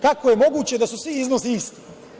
Kako je moguće da su svi iznosi isti.